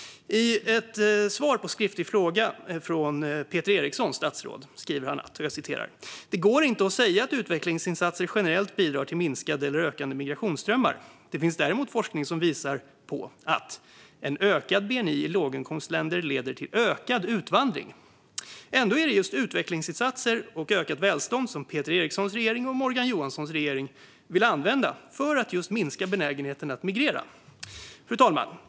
I statsrådet Peter Erikssons svar på en skriftlig fråga skriver han att "det går inte att säga att utvecklingsinsatser generellt bidrar till minskade eller ökade migrationsströmmar. Det finns däremot forskning som visar på att en ökad BNP i låginkomstländer leder till ökad utvandring". Ändå är det just utvecklingsinsatser och ökat välstånd som Peter Erikssons och Morgan Johanssons regering vill använda för att just minska benägenheten att migrera. Fru talman!